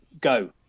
go